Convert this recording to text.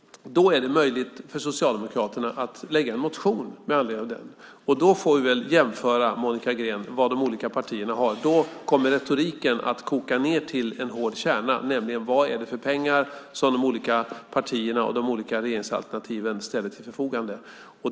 Då blir det möjligt för Socialdemokraterna att väcka en motion med anledning av den, och sedan kan vi jämföra, Monica Green, vad de olika partierna har. Då kommer retoriken att koka ned till en hård kärna, nämligen vad det är för pengar som de olika partierna och regeringsalternativen ställer till förfogande.